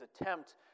attempt